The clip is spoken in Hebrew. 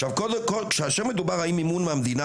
עכשיו קודם כל כאשר מדובר האם מימון מהמדינה,